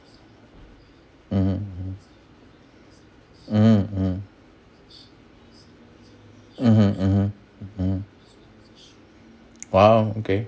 mmhmm mm mmhmm mm mmhmm mm mm !wow! okay